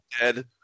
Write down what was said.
dead